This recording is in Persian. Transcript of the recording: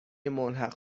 ملحق